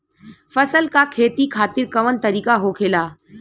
फसल का खेती खातिर कवन तरीका होखेला?